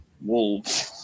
Wolves